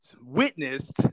witnessed